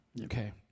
Okay